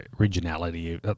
originality